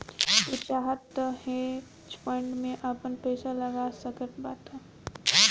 तू चाहअ तअ हेज फंड में आपन पईसा लगा सकत बाटअ